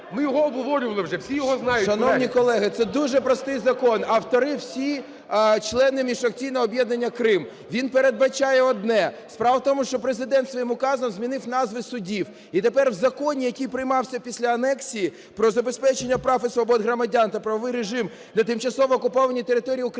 Ми його обговорювали вже, всі його знають. 14:05:05 ГОНЧАРЕНКО О.О. Шановні колеги, це дуже простий закон. Автори – всі члени міжфракційного об'єднання "Крим". Він передбачає одне. Справа в тому, що Президент своїм указом змінив назви судів, і тепер в законі, який приймався після анексії, "Про забезпечення прав і свобод громадян та правовий режим на тимчасово окупованій території України",